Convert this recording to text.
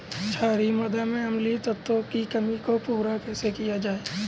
क्षारीए मृदा में अम्लीय तत्वों की कमी को पूरा कैसे किया जाए?